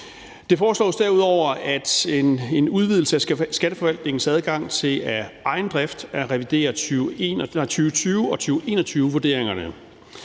Der foreslås derudover en udvidelse af Skatteforvaltningens adgang til af egen drift at revidere 2020- og 2021-vurderingerne,